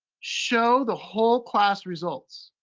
show the whole class results,